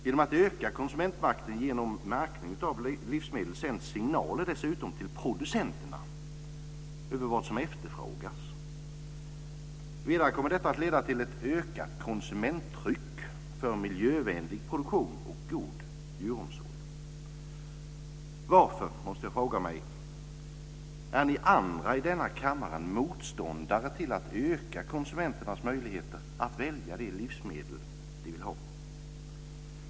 Genom att öka konsumentmakten genom märkning av livsmedel sänds dessutom signaler till producenterna om vad som efterfrågas. Vidare kommer detta att leda till ett ökat konsumenttryck för miljövänlig produktion och god djuromsorg. Jag måste fråga mig varför ni andra i denna kammare är motståndare till att öka konsumenternas möjligheter att välja de livsmedel de vill ha.